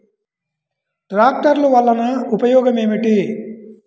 ట్రాక్టర్లు వల్లన ఉపయోగం ఏమిటీ?